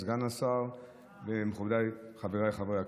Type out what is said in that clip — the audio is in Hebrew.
סגן השר ומכובדי חבריי חברי הכנסת,